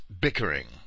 bickering